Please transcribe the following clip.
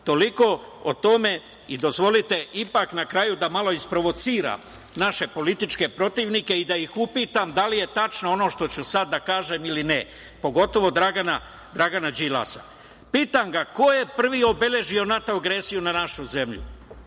Toliko o tome. Dozvolite ipak na kraju da malo isprovociram naše političke protivnike i da ih upitam da li je tačno ono što ću sad da kažem ili ne, pogotovo Dragana Đilasa. Pitam ga – ko je prvi obeležio NATO agresiju na našu zemlju?